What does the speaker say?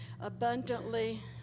abundantly